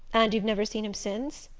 and you've never seen him since?